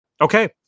okay